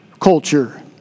culture